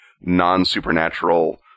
non-supernatural